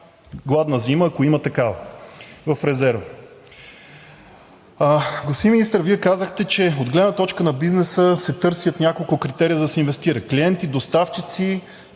гладна зима, ако има такава, в резерва. Господин Министър, Вие казахте, че от гледна точка на бизнеса се търсят няколко критерия, за да се инвестира – клиенти, доставчици,